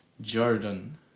Jordan